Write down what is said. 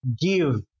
give